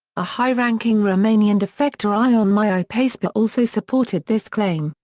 a high-ranking romanian defector ion mihai pacepa also supported this claim,